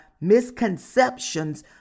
misconceptions